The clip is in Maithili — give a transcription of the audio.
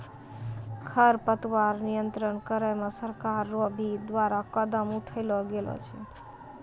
खरपतवार नियंत्रण करे मे सरकार रो भी द्वारा कदम उठैलो गेलो छै